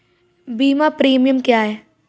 बीमा प्रीमियम क्या है?